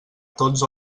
tots